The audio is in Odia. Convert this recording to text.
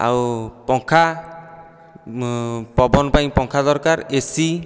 ଆଉ ପଙ୍ଖା ପବନ ପାଇଁ ପଙ୍ଖା ଦରକାର ଏସି